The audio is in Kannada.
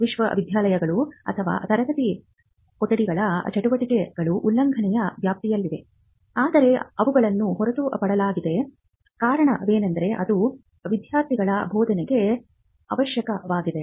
ವಿಶ್ವವಿದ್ಯಾಲಯಗಳು ಅಥವಾ ತರಗತಿ ಕೊಠಡಿಗಳ ಚಟುವಟಿಕೆಗಳು ಉಲ್ಲಂಘನೆಯ ವ್ಯಾಪ್ತಿಯಲ್ಲಿವೆ ಆದರೆ ಅವುಗಳನ್ನು ಹೊರಗಿಡಲಾಗಿದೆ ಕಾರಣವೇನೆಂದರೆ ಅದು ವಿದ್ಯಾರ್ಥಿಗಳ ಬೋಧನೆಗೆ ಅವಶ್ಯಕವಾಗಿದೆ